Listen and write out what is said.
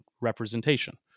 representation